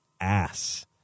ass